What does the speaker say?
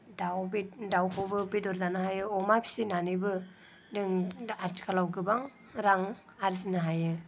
दाउखौबो बेदर जानो हायो अमा फिसिनानैबो जों आथिखालाव गोबां रां आरजिनो हायो